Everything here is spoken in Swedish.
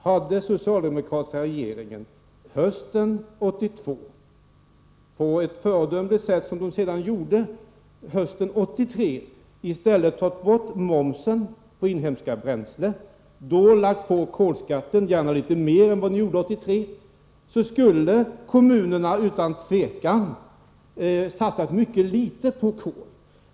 Om den socialdemokratiska regeringen redan hösten 1982 hade tagit bort momsen på inhemska bränslen, vilket den sedan på ett föredömligt sätt gjorde under hösten 1983, och lagt på kolskatten litet mer, skulle kommunerna utan tvivel ha satsat mycket litet på kol.